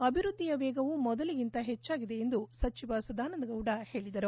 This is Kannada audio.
ಅಭಿವೃದ್ಧಿಯ ವೇಗವು ಮೊದಲಿಗಿಂತ ಹೆಚ್ಚಾಗಿದೆ ಎಂದು ಸಚಿವ ಸದಾನಂದ ಗೌಡ ಹೇಳಿದರು